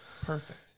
Perfect